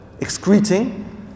excreting